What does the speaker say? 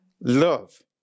love